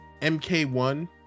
mk1